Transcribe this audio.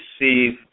receive